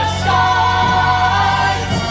skies